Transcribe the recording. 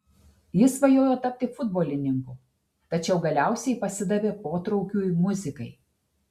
jis svajojo tapti futbolininku tačiau galiausiai pasidavė potraukiui muzikai